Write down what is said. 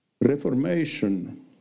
Reformation